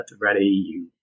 ready